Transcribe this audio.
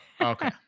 Okay